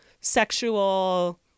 sexual